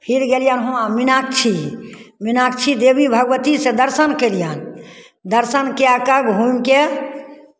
फिर गेलियै वहाँ मीनाक्षी मीनाक्षी देवी भगवतीसँ दर्शन केलियनि दर्शन कए कऽ घुमि कऽ